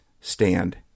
stand